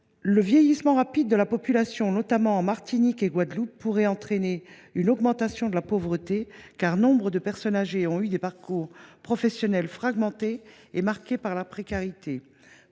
le vieillissement rapide de la population, notamment en Martinique et Guadeloupe, pourrait entraîner une augmentation de la pauvreté, car nombre de personnes âgées ont eu des parcours professionnels fragmentés et marqués par la précarité